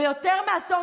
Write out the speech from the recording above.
ויותר מעשור,